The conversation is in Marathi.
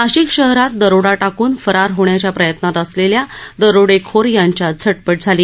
नाशिक शहरात दरोडा टाकून फरार होण्याच्या प्रयत्नात असलेल्या दरोडेखोर यांच्यात झटपट झाली